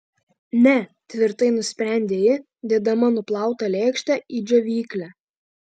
ne tvirtai nusprendė ji dėdama nuplautą lėkštę į džiovyklę